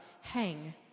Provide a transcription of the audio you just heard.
hang